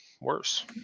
worse